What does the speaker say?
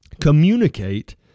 Communicate